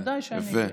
בוודאי שאני גאה.